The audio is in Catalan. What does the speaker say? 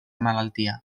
malaltia